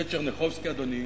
זה טשרניחובסקי, אדוני.